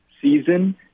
season